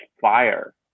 fire